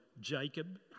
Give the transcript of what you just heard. Jacob